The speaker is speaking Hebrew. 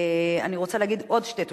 אני רוצה להגיד עוד שתי תודות: